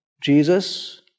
Jesus